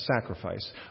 sacrifice